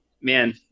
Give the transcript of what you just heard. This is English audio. man